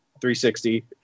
360